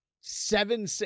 Seven